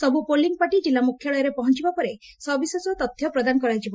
ସବୁ polling party କିଲ୍ଲା ମୁଖ୍ୟାଳୟରେ ପହଞ୍ଚିବା ପରେ ସବିଶେଷ ତଥ୍ୟ ପ୍ରଦାନ କରାଯିବ